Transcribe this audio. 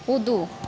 कूदू